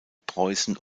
preußen